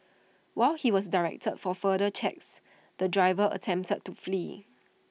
while he was directed for further checks the driver attempted to flee